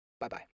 Bye-bye